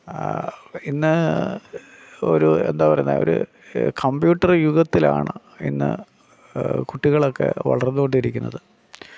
ഇന്ന് ഒരു എന്താ പറയുന്നത് അവർ കമ്പ്യൂട്ടറ് യുഗത്തിലാണ് ഇന്ന് കുട്ടികളൊക്കെ വളർന്നുകൊണ്ടിരിക്കുന്നത്